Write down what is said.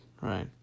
right